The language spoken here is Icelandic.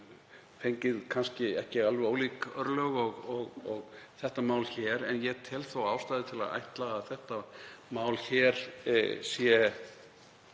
fengið ekki alveg ólík örlög og þetta mál hér. Ég tel þó ástæðu til að ætla að þetta mál sé